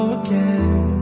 again